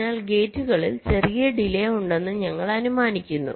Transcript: അതിനാൽ ഗേറ്റുകളിൽ ചെറിയ ഡിലെ ഉണ്ടെന്ന് ഞങ്ങൾ അനുമാനിക്കുന്നു